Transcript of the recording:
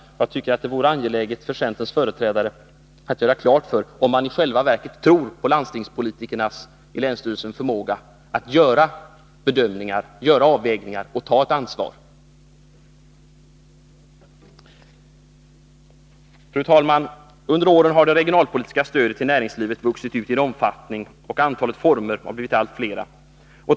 Jag tycker att det borde vara angeläget för centerns företrädare att klargöra om man verkligen tror på förmågan hos landstingspolitikerna i länsstyrelser när det gäller att göra bedömningar och avvägningar och ta ett ansvar. Fru talman! Under åren har det regionalpolitiska stödet till näringslivet vuxit ut i omfattning, och antalet former blivit allt större.